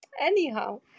Anyhow